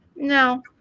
No